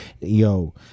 yo